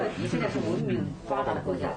של אנשים שעזבו את הסביבה הטבעית שלהם,